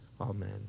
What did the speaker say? Amen